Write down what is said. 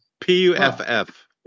P-U-F-F